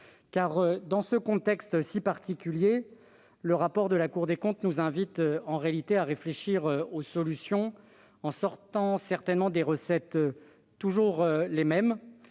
Dans ce contexte si particulier, le rapport de la Cour des comptes nous invite en réalité à réfléchir aux solutions, en sortant des recettes qui sont toujours les mêmes